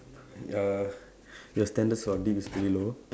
uh your standards of deep is very low